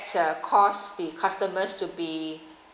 uh cause the customers to be